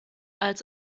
als